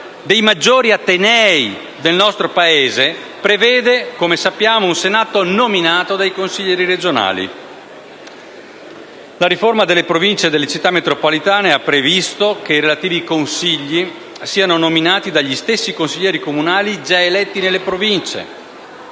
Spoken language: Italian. dei maggiori atenei del nostro Paese) prevede, come sappiamo, un Senato nominato dai Consigli regionali. La riforma delle Province e delle Città metropolitane ha previsto che i relativi consigli siano nominati dagli stessi consiglieri comunali già eletti nelle Province